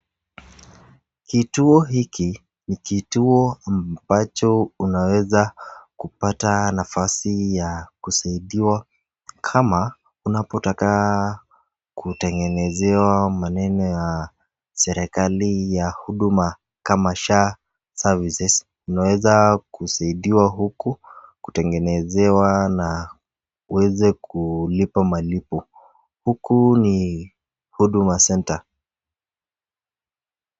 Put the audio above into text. Kituo hiki ni kituo ambacho unaweza kupata nafasi ya kusaidiwa kama unapotaka kutengenezewa maneno ya serekali ya huduma kama SHA services unaweza kusaidiwa huku kutengenezewa na uweze kulipa malipo. Huku ni huduma center.